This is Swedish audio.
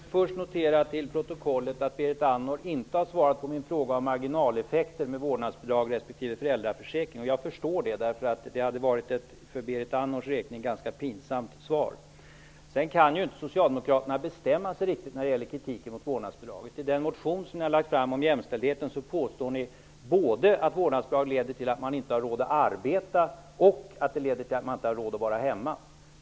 Herr talman! Jag vill först få till protokollet noterat att Berit Andnor inte har svarat på min fråga om marginaleffekter med vårdnadsbidrag respektive föräldraförsäkring. Jag förstår det. Det hade varit ett för Berit Andnors vidkommande ganska pinsamt svar. Socialdemokraterna kan inte bestämma sig riktigt när det gäller kritiken mot vårdnadsbidraget. I den motion som ni har lagt fram om jämställdheten påstår ni både att vårdnadsbidrag leder till att man inte har råd att arbeta och att man inte har råd att vara hemma.